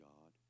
God